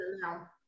now